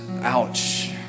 Ouch